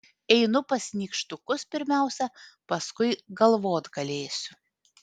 einu pas nykštukus pirmiausiai paskui galvot galėsiu